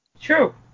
True